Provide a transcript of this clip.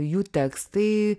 jų tekstai